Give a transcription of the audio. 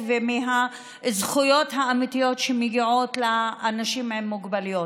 ומהזכויות האמיתיות שמגיעות לאנשים עם מוגבלויות.